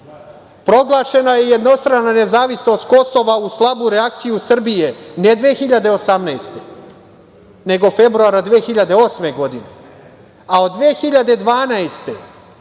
saboraca. Proglašena je jednostrana nezavisnost Kosova uz slabu reakciju Srbije, ne 2018. nego februara 2008. godine. Od 2012.